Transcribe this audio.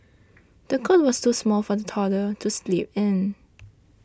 the cot was too small for the toddler to sleep in